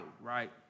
right